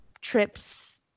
trips